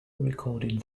recorded